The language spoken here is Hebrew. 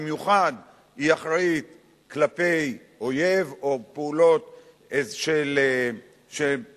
במיוחד היא אחראית כלפי אויב או פעולות של אזרחים,